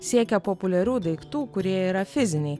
siekia populiarių daiktų kurie yra fiziniai